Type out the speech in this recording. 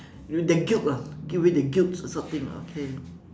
the guilt ah give away the guilt or something ah okay